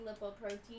lipoprotein